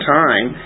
time